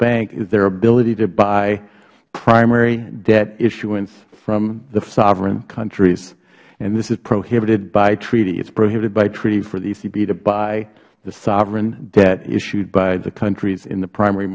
bank is their ability to buy primary debt issuance from the sovereign countries and this is prohibited by treaty it is prohibited by treaty for the ecb to buy the sovereign debt issued by the countries in the primary